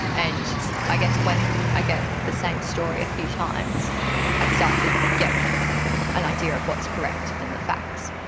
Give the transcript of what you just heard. and i guess when i get the same story a few times i start to get an idea of what is correct and the facts.